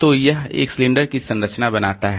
तो यह एक सिलेंडर की संरचना बनाता है